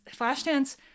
Flashdance